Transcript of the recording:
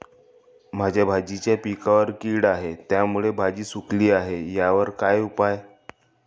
माझ्या भाजीच्या पिकावर कीड आहे त्यामुळे भाजी सुकली आहे यावर काय उपाय?